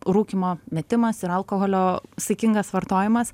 rūkymo metimas ir alkoholio saikingas vartojimas